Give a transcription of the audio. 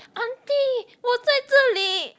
aunty 我在这里：wo zai zhe li